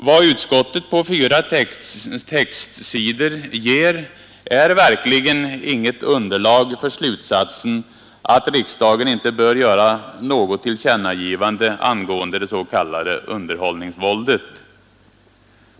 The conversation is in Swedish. Vad utskottet på fyra textsidor ger är verkligen inget underlag för slutsatsen att riksdagen inte bör göra något tillkännagivande angående det s.k. underhållningsvåldet.